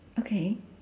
okay